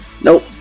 Nope